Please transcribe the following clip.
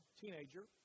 teenager